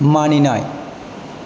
मानिनाय